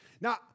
Now